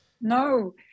no